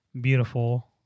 beautiful